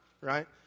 right